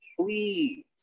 please